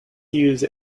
use